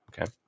Okay